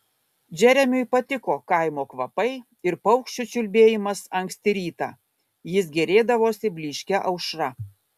džeremiui patiko kaimo kvapai ir paukščių čiulbėjimas anksti rytą jis gėrėdavosi blyškia aušra